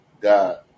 God